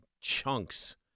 chunks